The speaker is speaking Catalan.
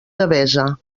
devesa